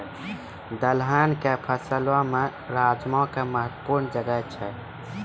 दलहनो के फसलो मे राजमा के महत्वपूर्ण जगह छै